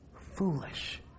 foolish